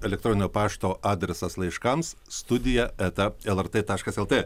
elektroninio pašto adresas laiškams studija eta el er t taškas el t